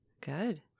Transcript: Good